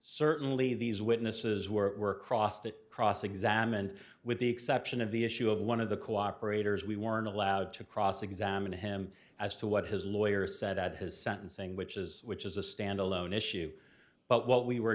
certainly these witnesses were cross that cross examined with the exception of the issue of one of the cooperators we weren't allowed to cross examine him as to what his lawyer said at his sentencing which is which is a standalone issue but what we were